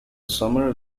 summer